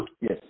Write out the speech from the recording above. Yes